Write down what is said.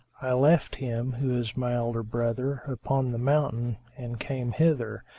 i left him, who is my elder brother, upon the mountain and came hither,